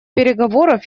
переговоров